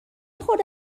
خورده